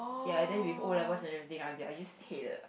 ya and then with o-levels and everything I the I just hate the